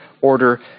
order